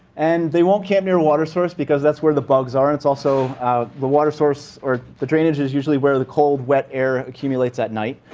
and they won't camp near a water source because that's where the bugs are. it's also the water source or the drainage is usually where the cold, wet air accumulates at night.